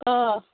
অঁ